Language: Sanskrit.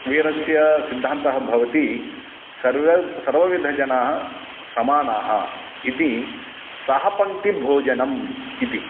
वीरस्य सिद्धान्तः भवति सर्वे सर्वविधजनाः समानाः इति सहपङ्क्तिभोजनं इति